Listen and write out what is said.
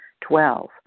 Twelve